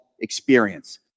Experience